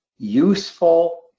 useful